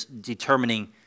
determining